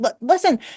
listen